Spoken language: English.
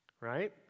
right